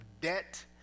debt